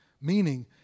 meaning